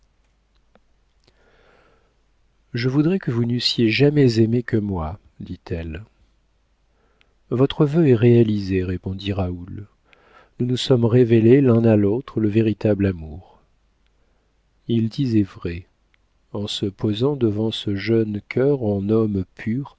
je voudrais que vous n'eussiez jamais aimé que moi dit-elle votre vœu est réalisé répondit raoul nous nous sommes révélé l'un à l'autre le véritable amour il disait vrai en se posant devant ce jeune cœur en homme pur